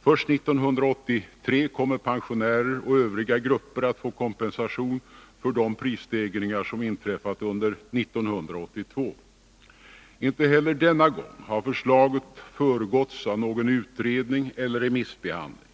Först 1983 kommer pensionärer 57 Sättet att fastställa och övriga grupper att få kompensation för de prisstegringar som inträffat under 1982. Inte heller denna gång har förslaget föregåtts av någon utredning eller remissbehandling.